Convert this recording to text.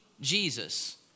Jesus